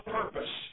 purpose